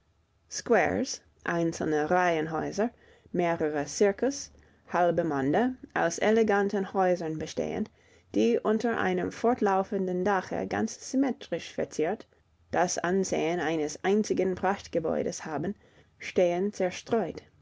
einzelne reihen häuser mehrere circus halbe monde aus eleganten häusern bestehend die unter einem fortlaufenden dache ganz symmetrisch verziert das ansehen eines einzigen prachtgebäudes haben stehen zerstreut